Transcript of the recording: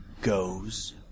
goes